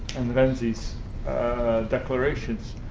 and renzi's declarations,